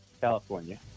California